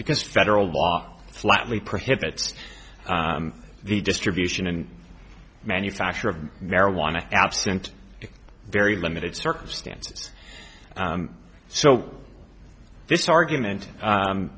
because federal law flatly prohibits the distribution and manufacture of marijuana absent very limited circumstances so this argument